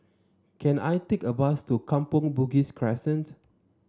can I take a bus to Kampong Bugis Crescent